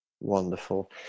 Wonderful